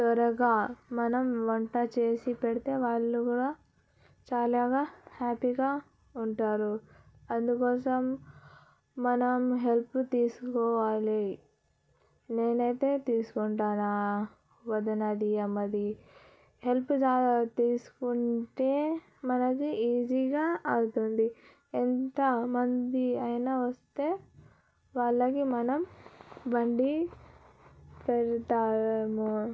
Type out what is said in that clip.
త్వరగా మనం వంట చేసి పెడితే వాళ్ళు కూడా చాలా హ్యాపీగా ఉంటారు అందుకోసం మనం హెల్ప్ తీసుకోవాలి నేనైతే తీసుకుంటాను నా వదిన అమ్మ హెల్ప్ తీసుకుంటే మనకు ఈజీగా అవుతుంది ఎంతమంది అయినా వస్తే వాళ్ళకి మనం వండి పెడతాం